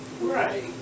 Right